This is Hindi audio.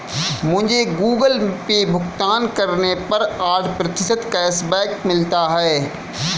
मुझे गूगल पे भुगतान करने पर आठ प्रतिशत कैशबैक मिला है